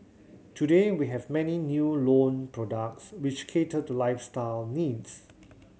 today we have many new loan products which cater to lifestyle needs